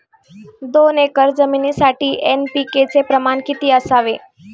दोन एकर जमीनीसाठी एन.पी.के चे प्रमाण किती असावे?